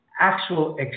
actual